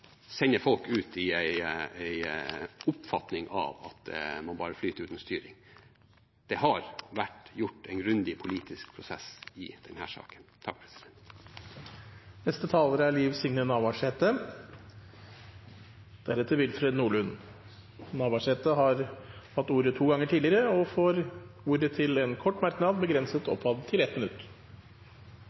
folk ut i en oppfatning av at man bare flyter uten styring. Det har vært gjort en grundig politisk prosess i denne saken. Representanten Liv Signe Navarsete har hatt ordet to ganger tidligere og får ordet til en kort merknad, begrenset til 1 minutt.